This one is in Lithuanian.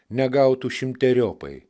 negautų šimteriopai